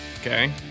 Okay